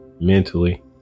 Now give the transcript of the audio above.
mentally